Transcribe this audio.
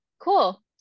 cool